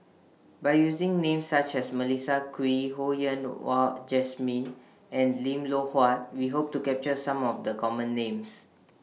By using Names such as Melissa Kwee Ho Yen Wah Jesmine and Lim Loh Huat We Hope to capture Some of The Common Names